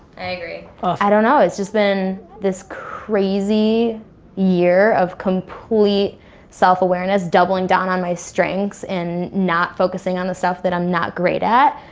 i ah i don't know. it's just been this crazy year of complete self-awareness. doubling down on my strengths, and not focusing on the stuff that i'm not great at.